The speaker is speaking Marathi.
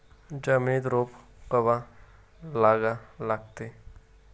जमिनीत रोप कवा लागा लागते?